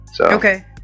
Okay